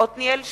עתניאל שנלר,